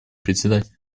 председатель